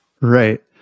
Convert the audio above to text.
right